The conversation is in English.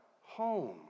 home